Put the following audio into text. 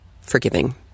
forgiving